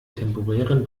temporären